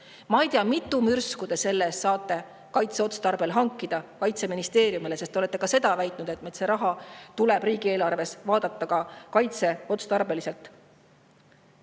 Ma ei tea, mitu mürsku te selle eest saate kaitseotstarbel hankida Kaitseministeeriumile, sest te olete ka seda väitnud, et seda raha tuleb riigieelarves vaadata ka kaitseotstarbeliselt.